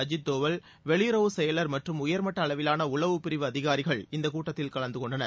அஜித் தோவல் வெளியுறவுச் செயலர் மற்றும் உயர்மட்ட அளவிலான உளவுப் பிரிவு அதிகாரிகள் இந்தக் கூட்டத்தில் கலந்து கொண்டனர்